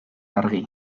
argi